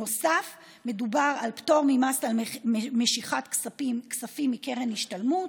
נוסף על כך מדובר על פטור ממס על משיכת כספים מקרן השתלמות,